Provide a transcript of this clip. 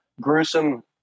gruesome